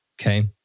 Okay